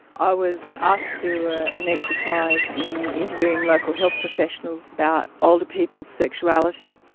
i was asked to do ah an exercise in interviewing local health professionals about older people's sexuality,